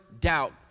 doubt